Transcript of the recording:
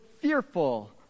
fearful